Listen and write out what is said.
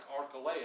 Archelaus